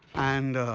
and,